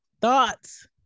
thoughts